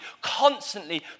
constantly